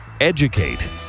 Educate